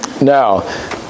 Now